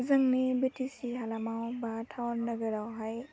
जोंनि B T C हालामाव बा थाउन नोगोरावहाय